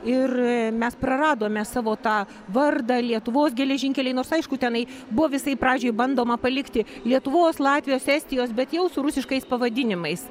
ir mes praradome savo tą vardą lietuvos geležinkeliai nors aišku tenai buvo visai pradžioj bandoma palikti lietuvos latvijos estijos bet jau su rusiškais pavadinimais